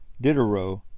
Diderot